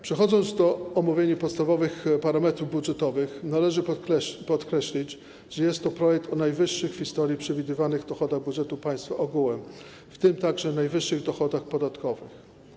Przechodząc do omówienia podstawowych parametrów budżetowych, należy podkreślić, że jest to projekt o najwyższych w historii przewidywanych dochodach budżetu państwa ogółem, w tym także najwyższych dochodach podatkowych.